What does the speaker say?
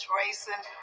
racing